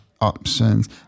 options